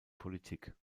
politik